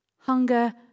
Hunger